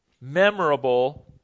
memorable